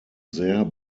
sehr